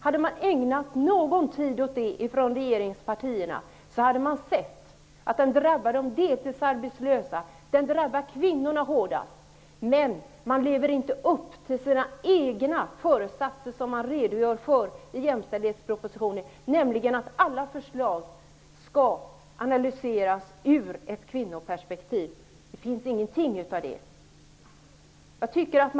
Hade man i regeringspartierna ägnat någon tid åt att göra en sådan analys, hade man sett att detta förslag drabbar de deltidsarbetslösa, att det drabbar kvinnorna hårdast. Men i regeringspartierna lever man inte upp till sina egna förutsatser, som man redogör för i jämställdhetspropositionen, nämligen att alla förslag skall analyseras ur ett kvinnoperspektiv. Det finns ingenting av en sådan analys.